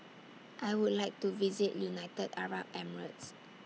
I Would like to visit United Arab Emirates